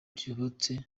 ryubatswe